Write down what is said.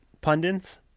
pundits